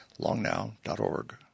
longnow.org